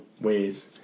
ways